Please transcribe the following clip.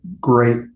great